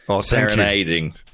serenading